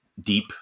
deep